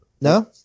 No